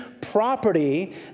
property